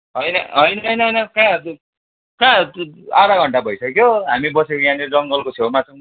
होइन होइन होइन होइन कहाँ कहाँ आधा घन्टा भइसक्यो हामी बसेको यहाँनिर जङ्गलको छेउमा छौँ